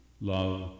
love